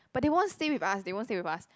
but they won't stay with us they won't stay with us